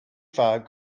five